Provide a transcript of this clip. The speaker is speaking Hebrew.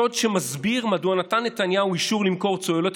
סוד שמסביר מדוע נתן נתניהו אישור למכור צוללות